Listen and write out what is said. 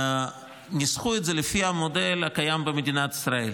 ניסחו את זה לפי המודל הקיים במדינת ישראל.